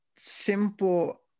simple